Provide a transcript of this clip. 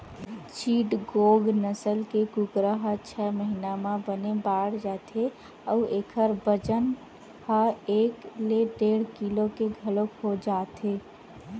चिटगोंग नसल के कुकरा ह छय महिना म बने बाड़ जाथे अउ एखर बजन ह एक ले डेढ़ किलो के घलोक हो जाथे